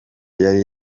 yari